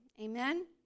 Amen